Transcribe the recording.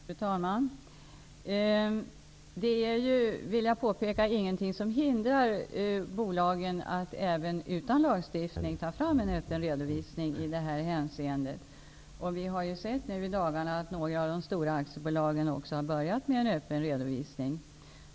Fru talman! Jag vill påpeka att det inte finns någonting som hindrar bolagen från att även utan lagstiftning ta fram en öppen redovisning i det här hänseendet. Vi har ju nu i dagarna sett att några av de stora aktiebolagen också har börjat med en öppen redovisning.